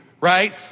Right